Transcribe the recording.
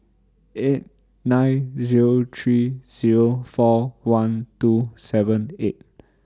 eight nine Zero three Zero four one two seven eight